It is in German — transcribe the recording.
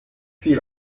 viel